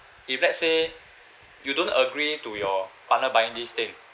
if let's say you don't agree to your partner buying this thing